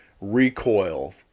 recoil